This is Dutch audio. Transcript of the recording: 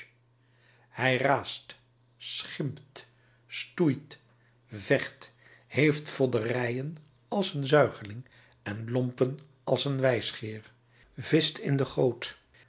hij raast schimpt stoeit vecht heeft vodderijen als een zuigeling en lompen als een wijsgeer vischt in de goot